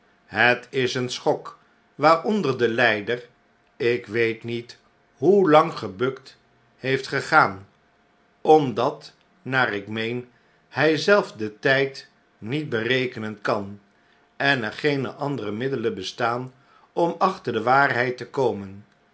het is een schok waaronder de lyder ik weet met hoelang gebukt heeft gegaan omdat naarikmeen hy zelf den tyd niet berekenen kan en er geene andere middelen bestaan om achter de waarheid te komen